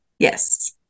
Yes